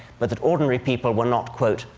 but that ordinary people were not, quote,